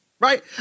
Right